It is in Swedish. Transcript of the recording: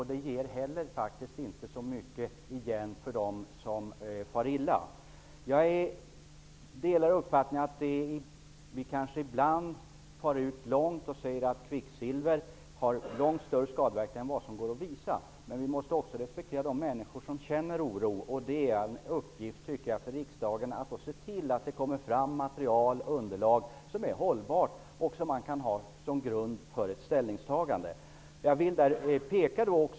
Men det ger faktiskt inte dem som far illa så värst mycket tillbaka. Jag delar uppfattningen att vi ibland far ut långt när vi säger att kvicksilver har långt större skadeverkningar än vad som går att påvisa. Men vi måste också respektera de människor som känner oro. Det är riksdagens uppgift att se till att det kommer fram underlag som är hållbart och som man kan ha till grund för ett ställningstagande.